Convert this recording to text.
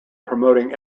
promoting